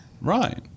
right